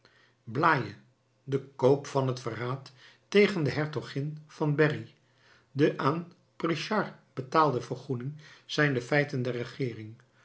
blaye de koop van het verraad tegen de hertogin van berry de aan pritchard betaalde vergoeding zijn de feiten der regeering